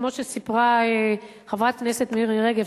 כמו שסיפרה חברת הכנסת מירי רגב,